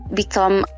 become